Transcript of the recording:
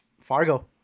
fargo